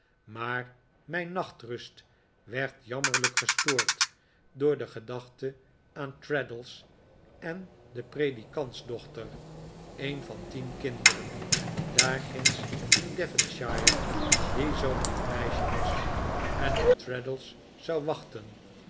maar mijn nachtrust werd jammerlijk gestoord door de gedachte aan traddles en de predikantsdochter een van tien kinderen daarginds in devonshire die zoo'n lief meisje was en op traddles zou wachten